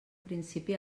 principi